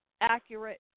accurate